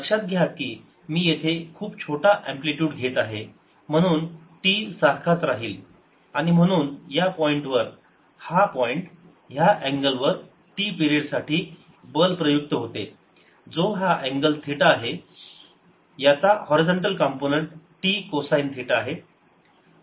लक्षात घ्या कि मी येथे खूप छोटा अँप्लिटयूड घेत आहे म्हणून T सारखाच राहील आणि म्हणून या पॉईंटवर हा पॉईंट ह्या अँगल वर T पिरेड साठी बल प्रयुक्त होते जो हा अँगल थिटा आहे याचा horizontal component t cosine theta आहे